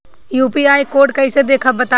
UPI code कैसे देखब बताई?